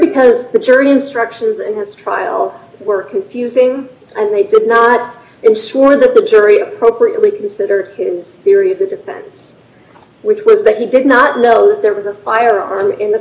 because the jury instructions and his trial were confusing and they did not ensure that the jury appropriately considered his theory of the defense which was that he did not know that there was a firearm in the